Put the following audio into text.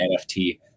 NFT